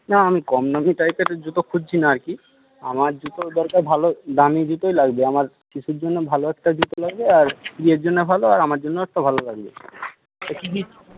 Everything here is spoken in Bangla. না আমি কম দামি টাইপের জুতো খুঁজছি না আর কি আমার জুতোর দরকার ভালো দামি জুতোই লাগবে আমার শিশুর জন্য ভালো একটা জুতো লাগবে আর স্ত্রীয়ের জন্যে ভালো আর আমার জন্যেও একটা ভালো লাগবে কী কী